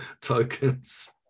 tokens